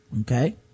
Okay